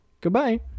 goodbye